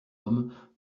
homme